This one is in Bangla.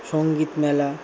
সঙ্গীতমেলা